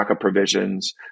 provisions